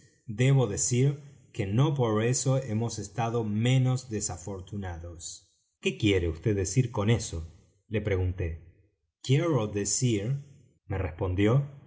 debo decir que no por eso hemos estado menos desafortunados qué quiere vd decir con eso le pregunté quiero decir me respondió